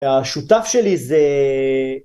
השותף שלי זה...